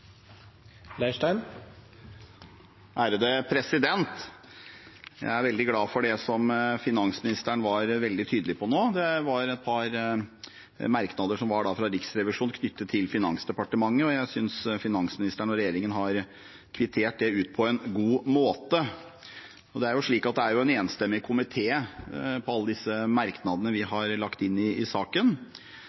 Jeg er veldig glad for det som finansministeren var tydelig på nå. Det var et par merknader fra Riksrevisjonen knyttet til Finansdepartementet, og jeg synes Finansdepartementet og regjeringen har kvittert det ut på en god måte. Det er en enstemmig komité bak alle merknadene vi har lagt inn i saken,